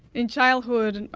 in childhood,